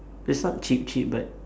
is not cheap cheap but